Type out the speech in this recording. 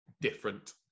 different